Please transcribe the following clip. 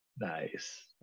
nice